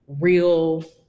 real